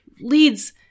leads